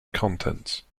contents